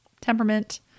temperament